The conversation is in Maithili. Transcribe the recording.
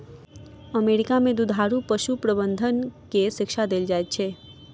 अमेरिका में दुधारू पशु प्रबंधन के शिक्षा देल जाइत अछि